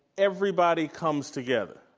everybody comes together.